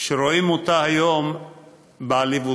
שרואים אותה היום בעליבותה.